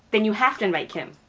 then you have to invite kim.